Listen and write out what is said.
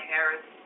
Harris